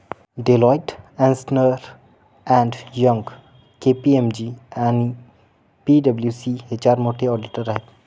Deloitte, अस्न्टर and Young, KPMG आणि पी.डब्ल्यू.सी हे चार मोठे ऑडिटर आहेत